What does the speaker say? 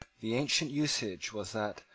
the ancient usage was that,